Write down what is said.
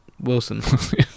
Wilson